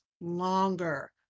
longer